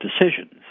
decisions